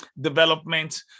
development